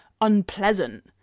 unpleasant